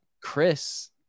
chris